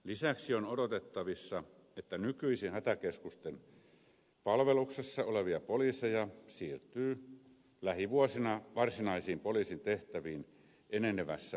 lisäksi on odotettavissa että nykyisten hätäkeskusten palveluksessa olevia poliiseja siirtyy lähivuosina varsinaisiin poliisin tehtäviin enenevässä määrin